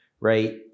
right